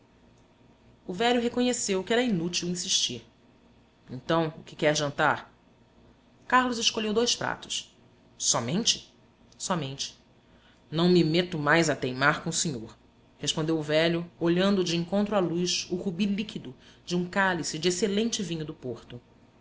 o velho reconheceu que era inútil insistir então o que quer jantar carlos escolheu dois pratos somente somente não me meto mais a teimar com o senhor respondeu o velho olhando de encontro à luz o rubi líquido de um cálice de excelente vinho do porto